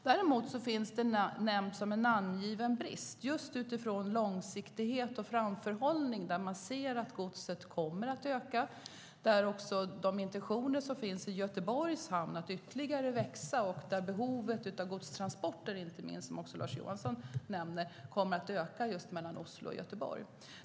Den finns dock med som en namngiven brist just utifrån långsiktighet och framförhållning. Man ser att godset kommer att öka. Därmed kommer också Göteborgs hamn att ytterligare växa. Inte minst kommer behovet av godstransporter att öka mellan Oslo och Göteborg, precis som Lars Johansson sade.